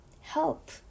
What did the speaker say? help